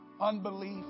Unbelief